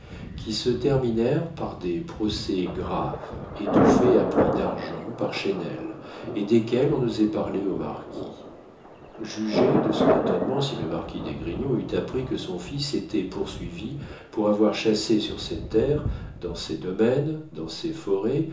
qui se terminèrent par des procès graves étouffés à prix d'argent par chesnel et desquels on n'osait parler au marquis jugez de son étonnement si le marquis d'esgrignon eût appris que son fils était poursuivi pour avoir chassé sur ses terres dans ses domaines dans ses forêts